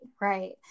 Right